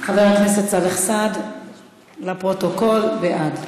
להוסיף את חבר הכנסת סאלח סעד לפרוטוקול, בעד.